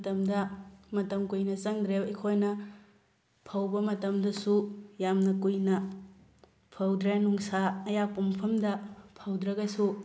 ꯃꯇꯝꯗ ꯃꯇꯝ ꯀꯨꯏꯅ ꯆꯪꯗ꯭ꯔꯦ ꯑꯩꯈꯣꯏꯅ ꯐꯧꯕ ꯃꯇꯝꯗꯁꯨ ꯌꯥꯝ ꯀꯨꯏꯅ ꯐꯧꯗ꯭ꯔꯦ ꯅꯨꯡꯁꯥ ꯑꯌꯥꯛꯄ ꯃꯐꯝꯗ ꯐꯧꯗ꯭ꯔꯒꯁꯨ